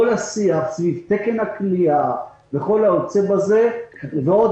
כל השיח סביב תקן הכליאה וכל היוצא בזה ועוד